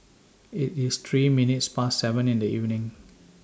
IT IS three minutes Past seven in The evening